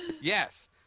Yes